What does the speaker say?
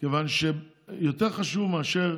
כיוון שיותר חשוב מאשר